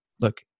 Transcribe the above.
look